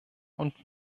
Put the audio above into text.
und